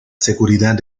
seguridad